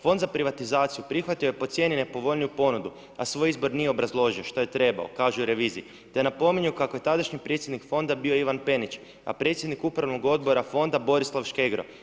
Fond za privatizaciju prihvatio je po cijeni nepovoljniju ponudu, a svoj izbor nije obrazložio što je treba, kaže u reviziji, te napominju kako je tadašnji predsjednik Fonda bio Ivan Penić, a predsjednik Upravnog odbora Fonda Borislav Škegro.